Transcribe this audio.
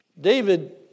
David